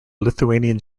lithuanian